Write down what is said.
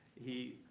he,